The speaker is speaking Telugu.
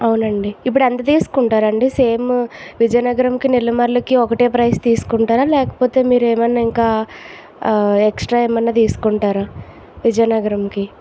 అవునండి ఇప్పుడు ఎంత తీసుకుంటారు అండి సేమ్ విజయనగరం నెల్లిమర్ల ఒకటే ప్రైస్ తీసుకుంటారా లేకపోతే మీరు ఏమైన ఇంకా ఎక్స్ట్ర ఏమైన తీసుకుంటారా విజయనగరంకి